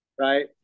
right